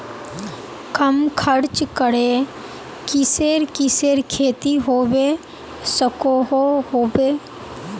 कम खर्च करे किसेर किसेर खेती होबे सकोहो होबे?